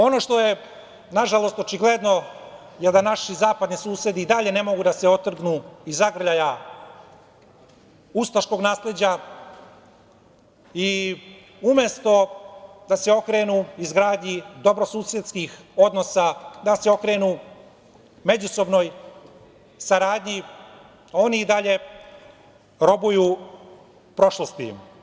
Ono što je nažalost očigledno je da naši zapadni susedi i dalje ne mogu da se otrgnu iz zagrljaja ustaškog nasleđa i umesto da se okrenu izgradnji dobrosusedskih odnosa, da se okrenu međusobnoj saradnji, oni i dalje robuju prošlosti.